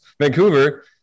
Vancouver